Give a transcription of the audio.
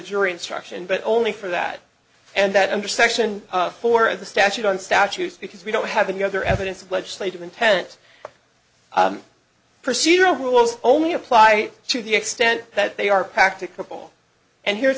jury instruction but only for that and that under section four of the statute on statutes because we don't have any other evidence of legislative intent procedural rules only apply to the extent that they are practical and here